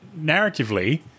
narratively